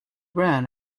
ran